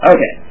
Okay